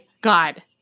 god